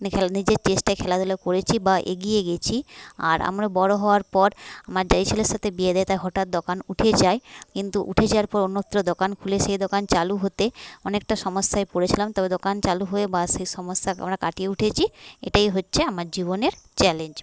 নিজের চেষ্টায় খেলাধুলো করেছি বা এগিয়ে গেছি আর আমরা বড়ো হওয়ার পর আমার যেই ছেলের সাথে বিয়ে দেয় তার হঠাৎ দোকান উঠে যায় কিন্তু উঠে যাওয়ার পর অন্যত্র দোকান খুলে সেই দোকান চালু হতে অনেকটা সমস্যায় পরেছিলাম তবে দোকান চালু হয়ে বা সে সমস্যা আমরা কাটিয়ে উঠেছি এটাই হচ্ছে আমার জীবনের চ্যালেঞ্জ